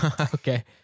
okay